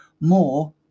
more